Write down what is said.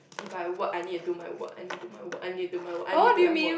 if I work I need to do my work I need to my work I need to my work I need to have work